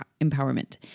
empowerment